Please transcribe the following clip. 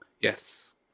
Yes